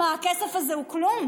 מה, הכסף הזה הוא כלום?